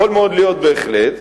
יכול מאוד להיות, בהחלט,